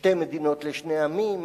שתי מדינות לשני עמים.